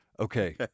Okay